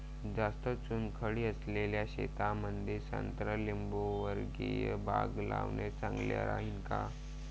जास्त चुनखडी असलेल्या शेतामंदी संत्रा लिंबूवर्गीय बाग लावणे चांगलं राहिन का?